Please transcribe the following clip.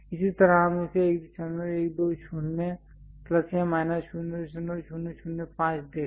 इसी तरह हम इसे 1120 प्लस या माइनस 0005 देखें